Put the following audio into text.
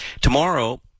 Tomorrow